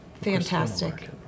fantastic